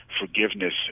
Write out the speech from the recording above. forgiveness